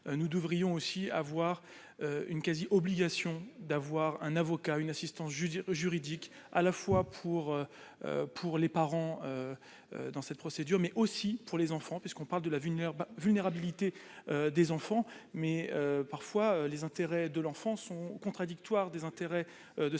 nous devrions aussi avoir une quasi-obligation d'avoir un avocat une assistance juridique juridique à la fois pour pour les parents dans cette procédure, mais aussi pour les enfants puisqu'on parle de la ville leur vulnérabilité des enfants, mais parfois les intérêts de l'enfant sont contradictoires, des intérêts de sa